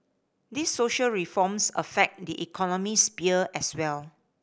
these social reforms affect the economic sphere as well